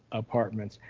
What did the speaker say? apartments.